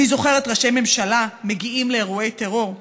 אני זוכרת ראשי ממשלה מגיעים לאירועי טרור.